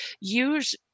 use